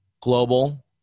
global